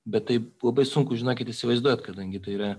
bet taip labai sunku žinokit įsivaizduot kadangi tai yra